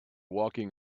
walking